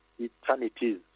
eternities